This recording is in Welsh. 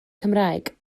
cymraeg